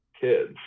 kids